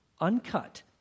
uncut